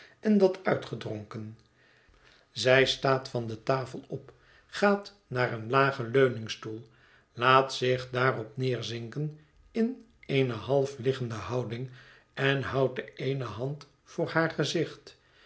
en dat uitgedronken zij staat van de tafel op gaat naar een lagen leuningstoel laat zich daarop neerzinken in eene half liggende houding en houdt de eene hand voor haar gezicht